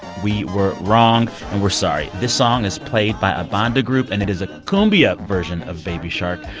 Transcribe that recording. we were wrong, and we're sorry. this song is played by a banda group, and it is a cumbia version of baby shark.